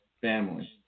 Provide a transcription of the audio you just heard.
family